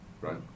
Right